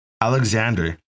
Alexander